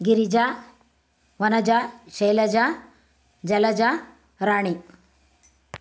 Girija Vanaja Shailaja Jalaja Rani